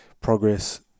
progress